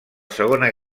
segona